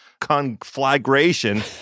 conflagration